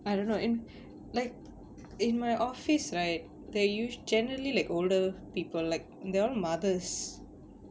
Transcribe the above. I dunno in like in my office right they usu~ generally like older people like they're mother